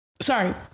Sorry